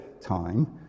time